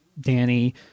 Danny